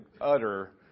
utter